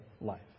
life